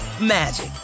magic